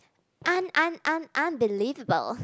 un un un unbelievable